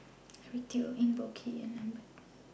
Eric Teo Eng Boh Kee and Lambert